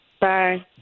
Bye